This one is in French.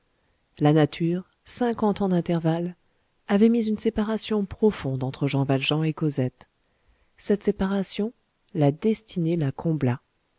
la nature cinquante ans d'intervalle avaient mis une séparation profonde entre jean valjean et cosette cette séparation la destinée la combla